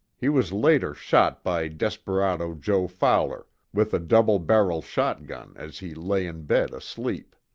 he was later shot by desperado joe fowler, with a double-barrel shot gun, as he lay in bed asleep.